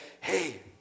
hey